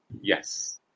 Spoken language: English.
Yes